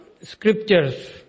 scriptures